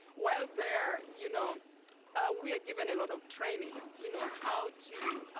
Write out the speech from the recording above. while there, you know we are given a lot of training, you know ah how to